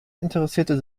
interessierte